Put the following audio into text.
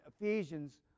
Ephesians